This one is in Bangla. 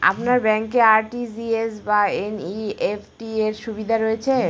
আপনার ব্যাংকে আর.টি.জি.এস বা এন.ই.এফ.টি র সুবিধা রয়েছে?